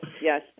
yes